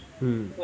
hmm